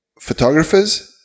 photographers